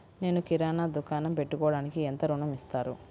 నేను కిరాణా దుకాణం పెట్టుకోడానికి ఎంత ఋణం ఇస్తారు?